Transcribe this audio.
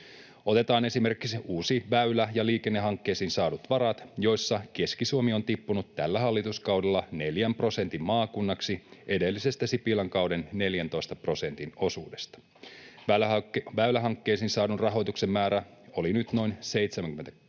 Otetaan esimerkiksi väylä- ja liikennehankkeisiin saadut varat, joissa Keski-Suomi on tippunut tällä hallituskaudella 4 prosentin maakunnaksi edellisestä Sipilän kauden 14 prosentin osuudesta. Väylähankkeisiin saadun rahoituksen määrä oli nyt noin 73